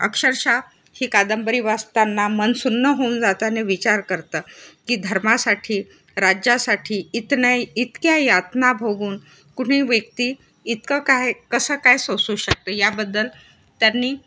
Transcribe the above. अक्षरशः ही कादंबरी वाचताना मन सुन्न होऊन जातं आणि विचार करतं की धर्मासाठी राज्यासाठी इतक ना इतक्या यातना भोगून कुणी व्यक्ती इतकं काय कसं काय सोसू शकतं याबद्दल त्यांनी